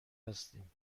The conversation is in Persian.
هستیم